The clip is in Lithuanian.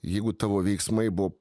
jeigu tavo veiksmai buvo